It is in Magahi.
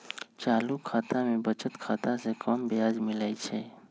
चालू खता में बचत खता से कम ब्याज मिलइ छइ